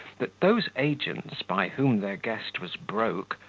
that those agents, by whom their guest was broke,